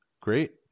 Great